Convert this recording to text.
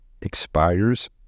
expires